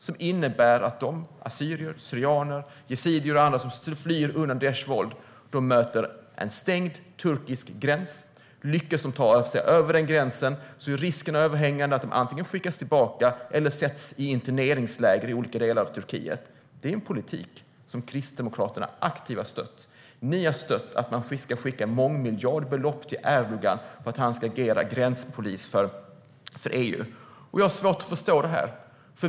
Det innebär att de assyrier, syrianer, yazidier och andra som flyr undan Daishs våld möter en stängd turkisk gräns. Lyckas de ta sig över den gränsen är risken överhängande att de antingen skickas tillbaka eller sätts i interneringsläger i olika delar av Turkiet. Det är en politik som Kristdemokraterna aktivt har stött. Ni har stött att man ska skicka mångmiljardbelopp till Erdogan för att han ska agera gränspolis för EU. Jag har svårt att förstå det.